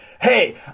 hey